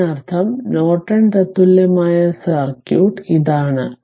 ഇതിനർത്ഥം നോർട്ടൺ തത്തുല്യമായ സർക്യൂട്ട് ഇതാണ്